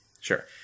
Sure